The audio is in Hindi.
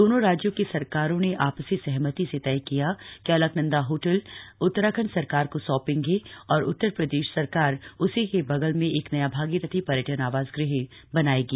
दोनों राज्यों की सरकारो ने आ सी सहमति से तय किया कि अलकनन्दा होटल उत्तराखण्ड सरकार को सौंपेगे और उत्तर प्रदेश सरकार उसी के बगल में एक नया भागीरथी स्र्यटन आवास ग़ह बनायेगी